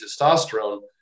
testosterone